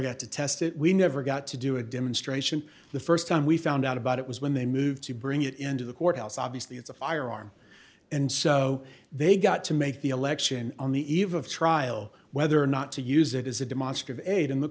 got to test it we never got to do a demonstration the st time we found out about it was when they moved to bring it into the court house obviously it's a firearm and so they got to make the election on the eve of trial whether or not to use it as a demonstrative aid in the